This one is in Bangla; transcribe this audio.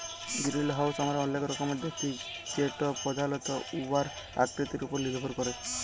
গিরিলহাউস আমরা অলেক রকমের দ্যাখি যেট পধালত উয়ার আকৃতির উপর লির্ভর ক্যরে